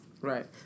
Right